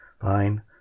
fine